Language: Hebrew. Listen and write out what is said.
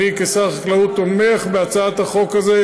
אני כשר החקלאות תומך בהצעת החוק הזאת,